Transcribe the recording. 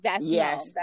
Yes